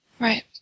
Right